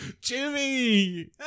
Jimmy